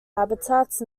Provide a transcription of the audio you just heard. habitats